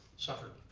suffered.